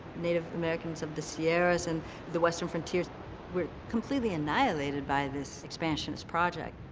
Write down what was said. native americans of the sierras and the western frontiers were completely annihilated by this expansionist project.